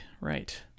right